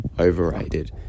overrated